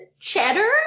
cheddar